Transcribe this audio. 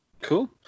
cool